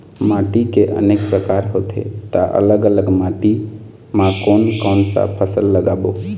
माटी के अनेक प्रकार होथे ता अलग अलग माटी मा कोन कौन सा फसल लगाबो?